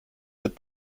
der